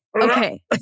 Okay